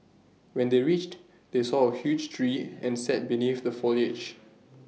when they reached they saw A huge tree and sat beneath the foliage